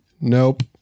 Nope